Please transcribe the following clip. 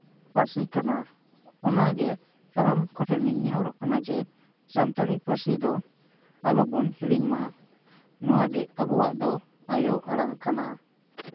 ᱯᱟᱹᱨᱥᱤ ᱠᱟᱱᱟ ᱚᱱᱟᱜᱮ ᱥᱟᱱᱟᱢ ᱠᱚ ᱴᱷᱮᱱᱤᱧ ᱱᱮᱦᱚᱨᱚᱜ ᱠᱟᱱᱟ ᱡᱮ ᱥᱟᱱᱛᱟᱲᱤ ᱯᱟᱹᱨᱥᱤ ᱫᱚ ᱟᱞᱚᱵᱚᱱ ᱦᱤᱲᱤᱧ ᱢᱟ ᱱᱚᱣᱟ ᱜᱮ ᱟᱵᱚᱣᱟᱜ ᱫᱚ ᱟᱭᱚ ᱟᱲᱟᱝ ᱠᱟᱱᱟ